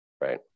right